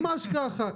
ממש ככה.